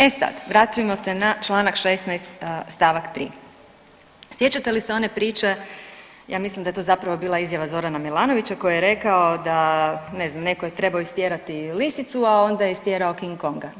E sad, vratimo se na čl. 16 st. 3. Sjećate li se one priče ja mislim da je to zapravo bila izjava Zorana Milanovića koji je rekao da, ne znam, netko je trebao istjerati lisicu, a onda je istjerao King Konga?